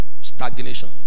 Stagnation